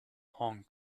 hong